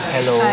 Hello